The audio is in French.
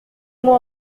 moi